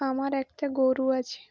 আমার একটা গরু আছে